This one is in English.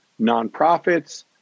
nonprofits